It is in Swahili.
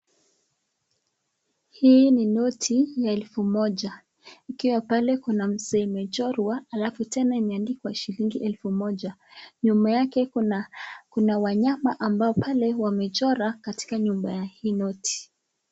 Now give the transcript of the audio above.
Hii ni noti ya elfu moja ,ukiwa pale kuna msee amechorwa alafu tena imeandikwa shilingi elfu moja. Nyuma yake kuna wanyama ambao pale wamechora katika nyuma ya hii noti.